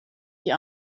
die